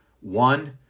one